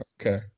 okay